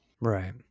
Right